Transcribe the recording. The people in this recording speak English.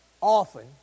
often